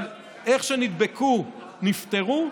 אבל איך שנדבקו, נפטרו,